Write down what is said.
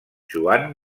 joan